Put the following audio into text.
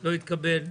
לא התקבל.